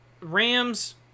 rams